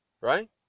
Right